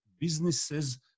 businesses